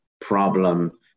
problem